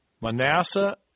Manasseh